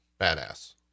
badass